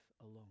alone